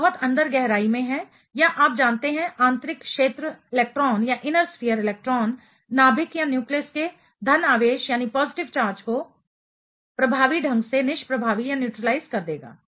जो बहुत अंदर गहराई में है या आप जानते हैं आंतरिक क्षेत्र इलेक्ट्रॉन नाभिक न्यूक्लियस के धन आवेश को प्रभावी ढंग से निष्प्रभावी न्यूट्रीलाइज कर देगा